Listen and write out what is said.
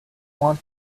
want